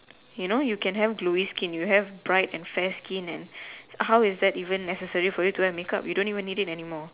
you know you can have glowy skin you have bright and fair skin and how is that even necessary for you to go and make up you don't even need it anymore